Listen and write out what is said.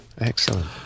Excellent